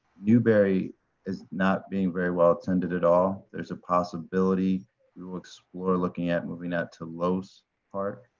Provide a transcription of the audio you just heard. new berry is not being very well attended at all. there is a possibility to explore looking at moving ah to lose park.